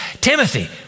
Timothy